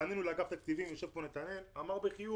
פנינו לאגף התקציבים יושב כאן נתנאל והוא אמר בחיוב.